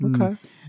okay